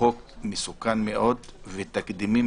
חוק ומשפט.